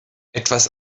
etwas